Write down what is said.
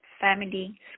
family